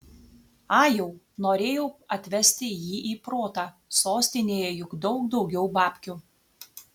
ajau norėjau atvesti jį į protą sostinėje juk daug daugiau babkių